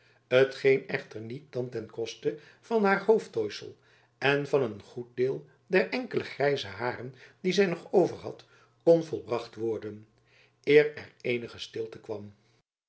geen echter niet dan ten koste van haar hoofdtooisel en van een goed deel der enkele grijze haren die zij nog overhad kon volbracht worden eer er eenige stilte kwam